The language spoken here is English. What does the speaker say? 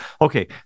Okay